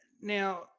Now